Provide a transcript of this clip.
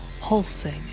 pulsing